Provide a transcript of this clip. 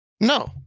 no